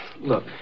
Look